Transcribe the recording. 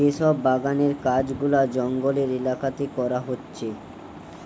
যে সব বাগানের কাজ গুলা জঙ্গলের এলাকাতে করা হচ্ছে